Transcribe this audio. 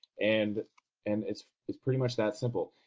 and and it's it's pretty much that simple.